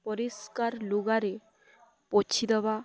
ପରିଷ୍କାର ଲୁଗାରେ ପୋଛି ଦେବା